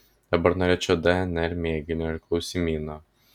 dabar norėčiau dnr mėginio ir klausimyno